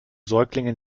säuglinge